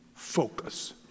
focus